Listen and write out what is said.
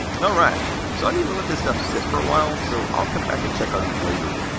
alright, so i needed to let this stuff sit for a while, so i'll come back and check on these later.